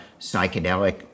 psychedelic